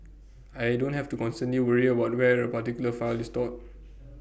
I don't have to constantly worry about the where A particular file is stored